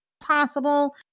Possible